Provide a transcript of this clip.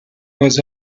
was